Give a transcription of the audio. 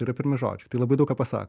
yra pirmi žodžiai tai labai daug ką pasako